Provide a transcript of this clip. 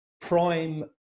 prime